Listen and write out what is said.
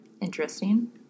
Interesting